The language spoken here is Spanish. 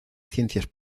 ciencias